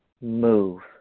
Move